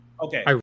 Okay